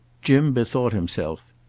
jim bethought himself.